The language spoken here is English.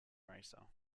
racer